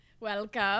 Welcome